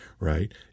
Right